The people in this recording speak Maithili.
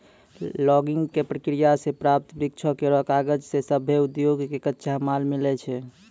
लॉगिंग क प्रक्रिया सें प्राप्त वृक्षो केरो कागज सें सभ्भे उद्योग कॅ कच्चा माल मिलै छै